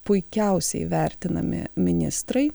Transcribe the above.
puikiausiai vertinami ministrai